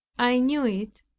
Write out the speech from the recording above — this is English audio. i knew it,